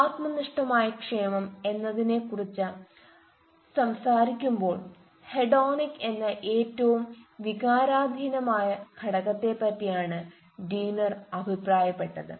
ആത്മനിഷ്ഠമായ ക്ഷേമം എന്നതിനെക്കുറിച്ച സംസാരിക്കുമ്പോൾ ഹെഡോണിക് എന്ന ഏറ്റവും വികാരാധീനമായ ഘടകത്തെപറ്റിയാണ് ഡീനർ അഭിപ്രായപ്പെട്ടത്